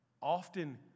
Often